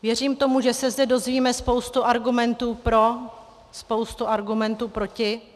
Věřím tomu, že se zde dozvíme spoustu argumentů pro, spoustu argumentů proti.